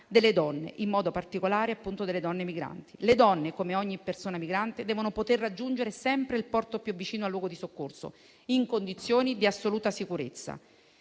delle donne, in modo particolare di quelle migranti. Le donne, come ogni persona migrante, devono poter raggiungere sempre il porto più vicino al luogo di soccorso in condizioni di assoluta sicurezza,